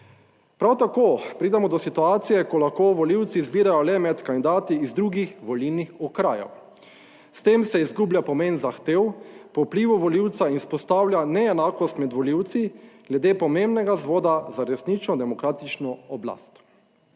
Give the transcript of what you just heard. Prav tako pridemo do situacije, ko lahko volivci izbirajo le med kandidati iz drugih volilnih okrajev. S tem se izgublja pomen zahtev po vplivu volivca, vzpostavlja neenakost med volivci glede pomembnega vzvoda za resnično demokratično oblast.